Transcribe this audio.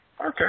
Okay